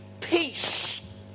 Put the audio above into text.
Peace